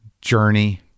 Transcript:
journey